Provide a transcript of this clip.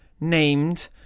named